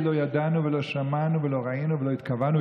להגיד ביום המשפט: לא ידענו ולא שמענו ולא ראינו ולא התכוונו,